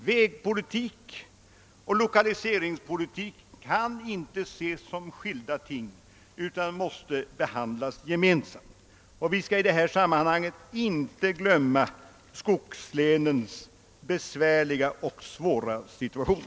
Vägpolitik och lokaliseringspolitik kan inte ses som skilda ting utan måste behandlas gemensamt. Vi skall i detta sammanhang inte heller glömma skogslänens svåra situation.